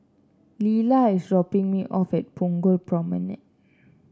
Lilah is dropping me off at Punggol Promenade